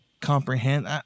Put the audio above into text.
comprehend